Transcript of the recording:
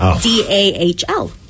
D-A-H-L